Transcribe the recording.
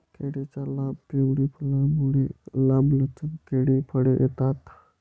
केळीच्या लांब, पिवळी फुलांमुळे, लांबलचक केळी फळे येतात